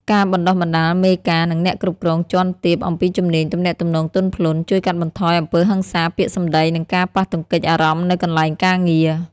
ការបណ្តុះបណ្តាលមេការ និងអ្នកគ្រប់គ្រងជាន់ទាបអំពីជំនាញទំនាក់ទំនងទន់ភ្លន់ ជួយកាត់បន្ថយអំពើហិង្សាពាក្យសម្ដី និងការប៉ះទង្គិចអារម្មណ៍នៅកន្លែងការងារ។